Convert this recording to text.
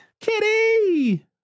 Kitty